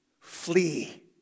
Flee